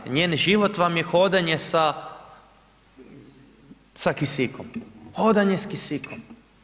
Njen život vam je hodanje sa kisikom, hodanje sa kisikom.